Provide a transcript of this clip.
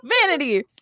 Vanity